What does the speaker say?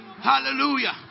hallelujah